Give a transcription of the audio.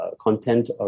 content